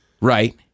Right